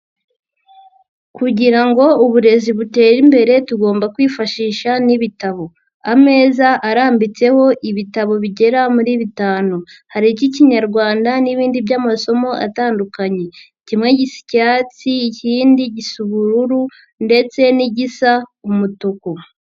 Kugira ngo uburezi butere imbere, tugomba kwifashisha n'ibitabo. Ameza arambitseho ibitabo bigera muri bitanu. Hari icy'Ikinyarwanda n'ibindi by'amasomo atandukanye. Kimwe gisa icyatsi, ikindi gisa ubururu ndetse n'igisa umutuku.